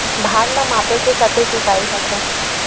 भार ला मापे के कतेक इकाई होथे?